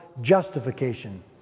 justification